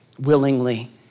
willingly